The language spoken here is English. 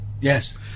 yes